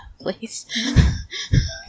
please